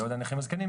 בעוד הנכים הזקנים,